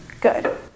good